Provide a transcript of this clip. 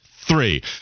three